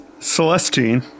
Celestine